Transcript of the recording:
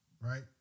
right